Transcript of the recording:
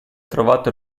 trovato